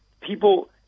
people